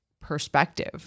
perspective